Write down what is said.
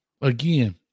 again